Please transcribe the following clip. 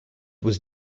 was